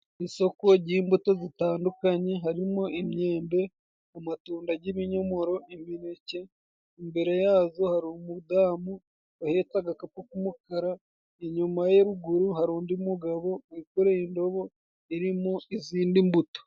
Isoko ry'imbuto zitandukanye harimo imyembe, amatunda g'ibinyomoro, imineke, imbere yazo hari umudamu uhetse agakapu k'umukara, inyuma ye ruguru hari undi mugabo wikoreye indobo irimo izindi mbuto.